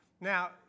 Now